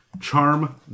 Charm